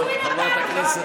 כן, עלה תאנה.